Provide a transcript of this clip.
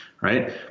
Right